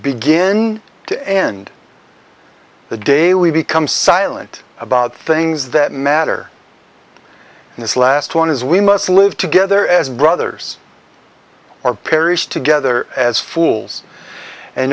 begin to end the day we become silent about things that matter and this last one is we must live together as brothers or perish together as fools and